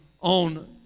on